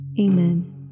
Amen